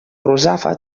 russafa